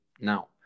now